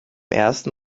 ersten